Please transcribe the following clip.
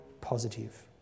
positive